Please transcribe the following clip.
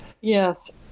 Yes